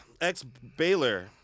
Ex-Baylor